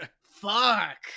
Fuck